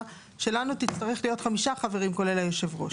שלנו תצטרך להיות חמישה חברים כולל היושב-ראש.